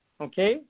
Okay